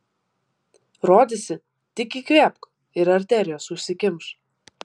rodėsi tik įkvėpk ir arterijos užsikimš